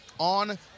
On